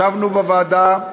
ישבנו בוועדה,